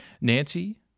Nancy